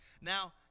Now